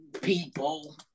people